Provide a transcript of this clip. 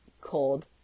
cold